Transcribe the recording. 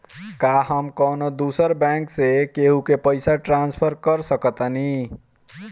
का हम कौनो दूसर बैंक से केहू के पैसा ट्रांसफर कर सकतानी?